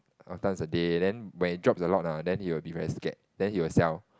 how many times in a day then when it drops a lot ah then he will be very scared then he will sell